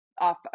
Off